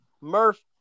Murph